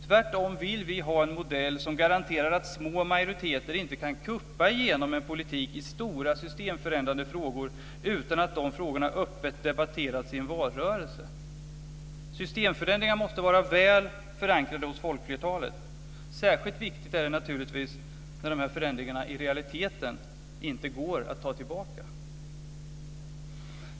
Tvärtom vill vi ha en modell som garanterar att små majoriteter inte kan "kuppa igenom" en politik i stora systemförändrande frågor utan att dessa frågor öppet debatteras i en valrörelse. Systemförändringar måste vara väl förankrade hos folkflertalet. Särskilt viktigt är det naturligtvis när dessa förändringar i realiteten inte går att ta tillbaka.